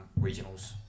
regionals